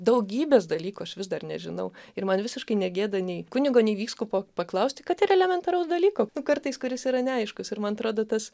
daugybės dalykų aš vis dar nežinau ir man visiškai negėda nei kunigo nei vyskupo paklausti kad ir elementaraus dalyko nu kartais kuris yra neaiškus ir man atrodo tas